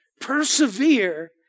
persevere